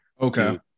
okay